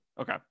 Okay